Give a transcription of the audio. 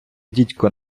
дідько